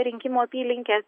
rinkimų apylinkes